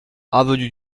avenue